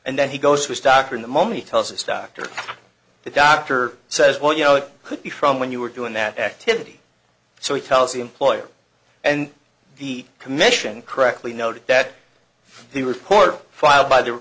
and then he goes his doctor in the moment tells his doctor the doctor says well you know it could be from when you were doing that activity so he tells the employer and the commission correctly noted that the report filed by the